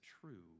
true